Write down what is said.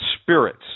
spirits